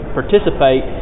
participate